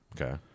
Okay